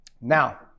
Now